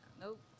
Nope